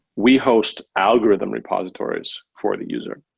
we host algorithm repositories for the user.